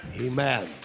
Amen